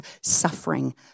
suffering